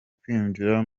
kwinjira